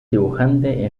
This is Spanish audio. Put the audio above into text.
dibujante